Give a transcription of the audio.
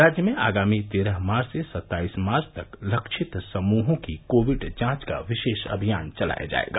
राज्य में आगामी तेरह मार्च से सत्ताईस मार्च तक लक्षित समूहों की कोविड जांच का विशेष अभियान चलाया जाएगा